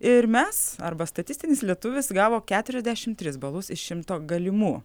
ir mes arba statistinis lietuvis gavo keturiasdešimt tris balus iš šimto galimų